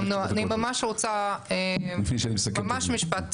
אני ממש רוצה, ממש משפט.